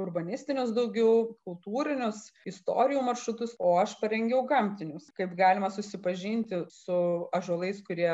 urbanistinius daugiau kultūrinius istorijų maršrutus o aš parengiau gamtinius kaip galima susipažinti su ąžuolais kurie